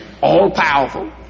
all-powerful